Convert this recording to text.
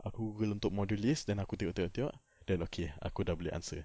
aku Google untuk module list then aku tengok tengok tengok then okay aku dah boleh answer